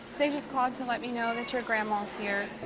they just called to let me know that your grandma's here,